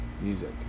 music